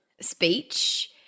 speech